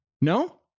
No